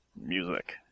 Music